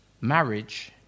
marriage